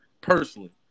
Personally